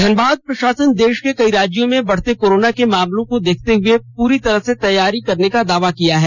धनबाद प्रशासन देश के कई राज्यों में बढते कोरोना के मामलों को देखते हुए पूरी तरह से तैयारी करने का दावा किया है